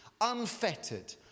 unfettered